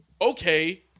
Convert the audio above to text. Okay